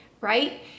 right